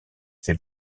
fait